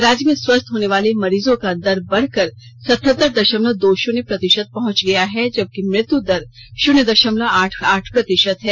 राज्य में स्वस्थ होने वाले मरीजों का दर बढ़कर सतहत्तर दषमलय दो शून्य प्रतिषत पहुंच गया है जबकि मृत्यु दर शून्य दषमलय आठ आठ प्रतिषत है